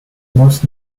most